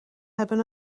hebben